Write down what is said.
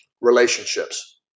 relationships